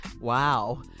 Wow